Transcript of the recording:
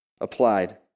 applied